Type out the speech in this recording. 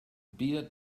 beer